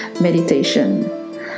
meditation